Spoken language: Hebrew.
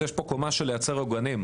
יש פה מגמה של לייצר עוגנים,